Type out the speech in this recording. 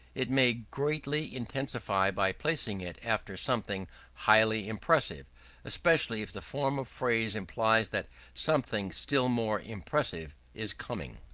it maybe greatly intensified by placing it after something highly impressive especially if the form of phrase implies that something still more impressive is coming.